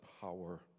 power